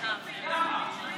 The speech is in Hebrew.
זה למה.